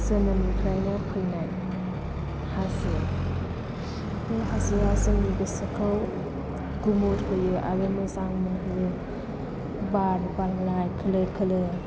जोनोमनिफ्रायनो फैनाय हाजो बे हाजोआ जोंनि गोसोखौ गुमुर होयो आरो मोजां मोनहोयो बार बारनाय खोलो खोलो